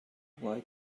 why